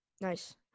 Nice